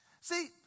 See